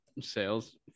sales